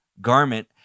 garment